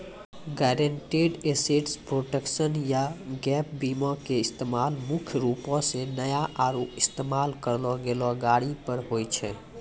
guaranteed asset protection या gap बीमा के इस्तेमाल मुख्य रूपो से नया आरु इस्तेमाल करलो गेलो गाड़ी पर होय छै